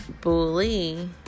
bully